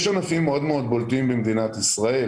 יש ענפים מאוד בולטים במדינת ישראל